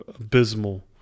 abysmal